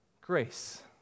Grace